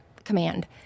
command